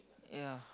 ya